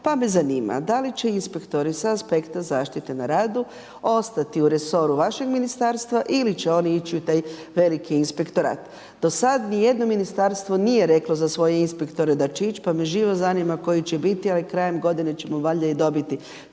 Pa me zanima, da li će inspektori s aspekta zaštite na radu ostati u resoru vašeg Ministarstva ili će oni ići u taj veliki inspektorat? Do sad ni jedno ministarstvo nije reklo za svoje inspektore da će ići, pa me živo zanima koji će biti, ali krajem godine ćemo valjda i dobiti